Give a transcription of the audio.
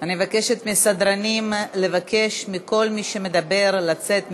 אני מבקשת מהסדרנים לבקש מכל מי שמדבר לצאת מהאולם.